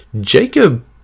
Jacob